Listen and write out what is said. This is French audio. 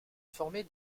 former